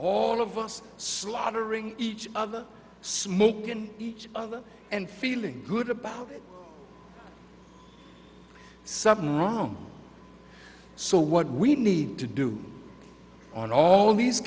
all of us slaughtering each other smokin each other and feeling good about something wrong so what we need to do on all these